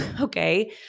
Okay